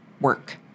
work